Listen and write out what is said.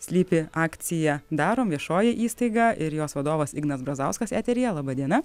slypi akcija darom viešoji įstaiga ir jos vadovas ignas brazauskas eteryje laba diena